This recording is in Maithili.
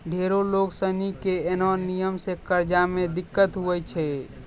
ढेरो लोग सनी के ऐन्हो नियम से कर्जा मे दिक्कत हुवै छै